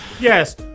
Yes